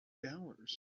dollars